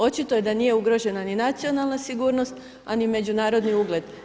Očito je da nije ugrožena ni nacionalna sigurnost, a ni međunarodni ugled.